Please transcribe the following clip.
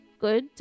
good